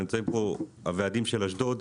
נמצאים פה הוועדים של אשדוד,